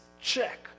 check